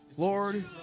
Lord